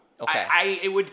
Okay